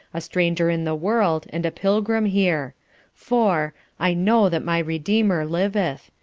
a stranger in the world, and a pilgrim here for i know that my redeemer liveth,